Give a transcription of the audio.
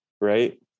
right